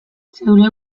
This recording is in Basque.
zeure